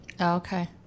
Okay